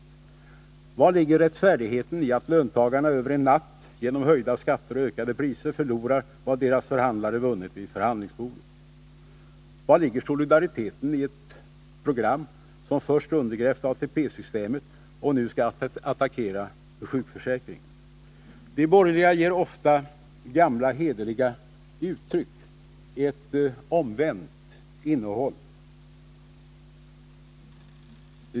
Men var ligger rättfärdigheten i att löntagarna över en natt genom höjda skatter och ökade priser förlorar vad deras förhandlare vunnit vid förhandlingsbordet? Var ligger solidariteten i ett program som först undergrävt ATP-systemet och nu skall attackera sjukförsäkringen? De borgerliga ger ofta gamla hederliga uttryck ett omvänt innehåll.